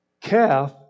calf